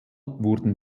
wurden